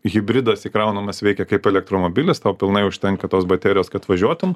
hibridas įkraunamas veikia kaip elektromobilis tau pilnai užtenka tos baterijos kad važiuotum